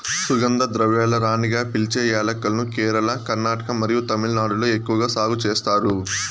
సుగంధ ద్రవ్యాల రాణిగా పిలిచే యాలక్కులను కేరళ, కర్ణాటక మరియు తమిళనాడులో ఎక్కువగా సాగు చేస్తారు